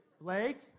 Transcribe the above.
Blake